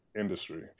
industry